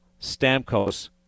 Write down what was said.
Stamkos